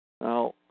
Now